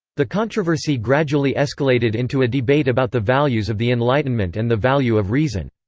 the controversy gradually escalated into a debate about the values of the enlightenment and the value of reason.